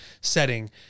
setting